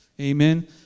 amen